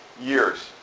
years